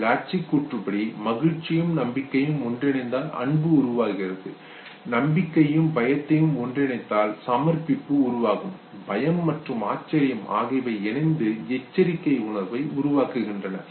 Plutchik கூற்றுப்படி மகிழ்ச்சியும் நம்பிக்கையும் ஒன்றிணைந்தால் அன்பு உருவாகிறது நம்பிக்கையையும் பயத்தையும் ஒன்றிணைத்தால் சமர்ப்பிப்பு உருவாகும் பயம் மற்றும் ஆச்சரியம் ஆகியவை இணைந்து எச்சரிக்கை உணர்வை உருவாக்குகின்றன